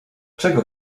czego